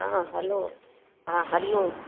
हा हैलो हा हरिओम